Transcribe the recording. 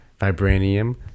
vibranium